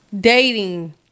dating